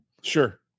Sure